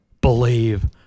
believe